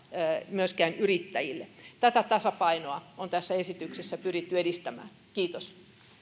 myöskään yrittäjille tätä tasapainoa on esityksessä pyritty edistämään kiitos